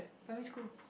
primary school